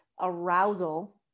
arousal